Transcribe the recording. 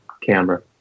camera